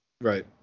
Right